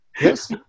Yes